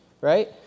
right